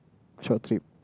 short trip